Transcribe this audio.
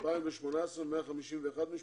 בשנת 2018 151 משפחות,